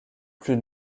plus